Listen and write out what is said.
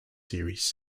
series